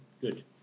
Good